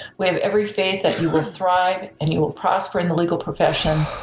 we have every faith that you will thrive and you will prosper in the legal profession.